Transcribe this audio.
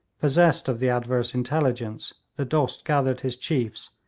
possessed of the adverse intelligence, the dost gathered his chiefs,